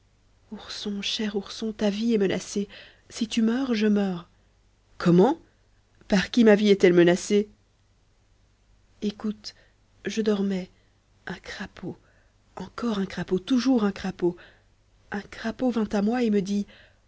ourson cher ourson ta vie est menacée si tu meurs je meurs comment par qui ma vie est-elle menacée écoute je dormais un crapaud encore un crapaud toujours un crapaud un crapaud vint à moi et me dit